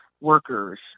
workers